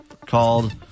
called